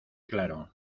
claro